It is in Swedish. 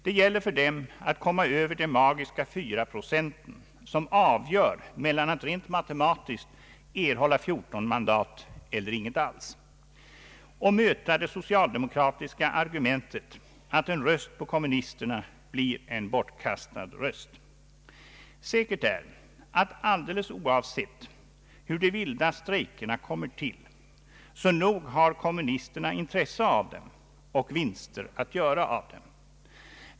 Det gäller för dem att komma över de magiska fyra procenten, som avgör mellan att rent matematiskt erhålla 14 mandat eller inget alls, och möta det socialdemokratiska argumentet att en röst på kommunisterna blir en bortkastad röst. Säkert är, att alldeles oavsett hur de vilda strejkerna kommer till, så nog har kommunisterna intresse av dem och vinster att göra på dem.